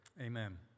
Amen